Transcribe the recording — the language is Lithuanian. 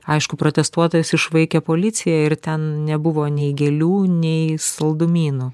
aišku protestuotojus išvaikė policija ir ten nebuvo nei gėlių nei saldumynų